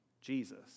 Jesus